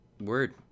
Word